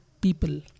people